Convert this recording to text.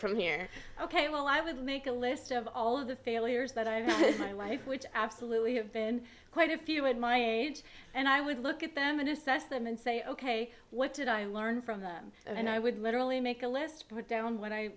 from here ok well i would make a list of all of the failures that i have my life which absolutely have been quite a few in my age and i would look at them and assess them and say ok what did i learn from them and i would literally make a list down wh